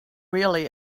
really